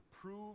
prove